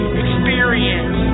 experience